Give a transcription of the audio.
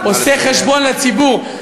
עושה חשבון לציבור,